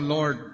Lord